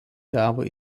gavo